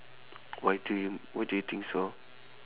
why do you why do you think so